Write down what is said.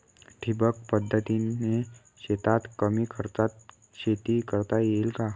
ठिबक पद्धतीने शेतात कमी खर्चात शेती करता येईल का?